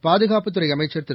பாதுகாப்புத்துறை அமைச்சர் திரு